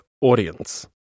audience